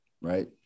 right